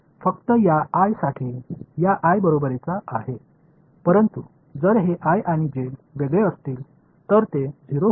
இதற்காக i இந்த i க்கு சமம் ஆனால் இந்த i மற்றும் j ஆகியவை வேறுபட்டால் அது 0 ஆகிறது